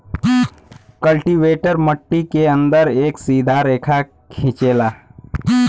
cultivator मट्टी के अंदर एक सीधा रेखा खिंचेला